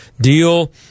deal